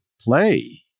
play